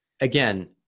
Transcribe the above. again